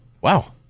wow